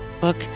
book